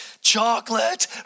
Chocolate